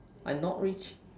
I'm not rich